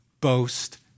boast